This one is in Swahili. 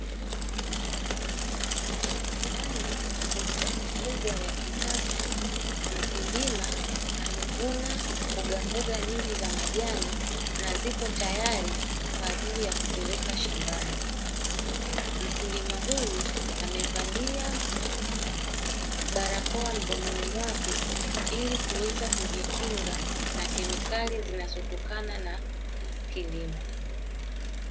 Ndani ya bustani kubwa ya kisasa, mkulima amevuna mbogamboga nyingi za majani na ziko tayari kwa ajili ya kupeleka shambani. Mkulima huyu amevalia barakoa mdomoni mwake, ili kuweza kujikinga na kemikali zinazotokana na kilimo.